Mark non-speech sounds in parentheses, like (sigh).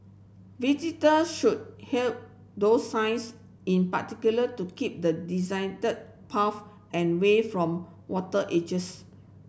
visitors should heed those signs in particular to keep the (unintelligible) paths and way from water edges